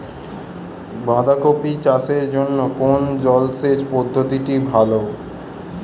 বাঁধাকপি চাষের জন্য কোন জলসেচ পদ্ধতিটি ভালো?